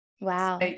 wow